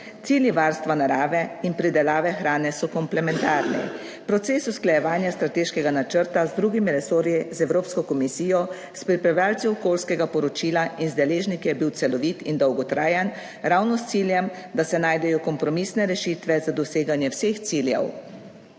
Cilji varstva narave in pridelave hrane so komplementarni. Proces usklajevanja strateškega načrta z drugimi resorji, z Evropsko komisijo, s pripravljavci okoljskega poročila in z deležniki je bil celovit in dolgotrajen, ravno s ciljem, da se najdejo kompromisne rešitve za doseganje vseh ciljev.